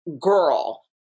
girl